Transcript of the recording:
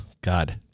God